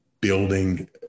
building